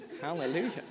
hallelujah